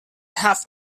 have